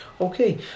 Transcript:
Okay